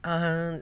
(uh huh)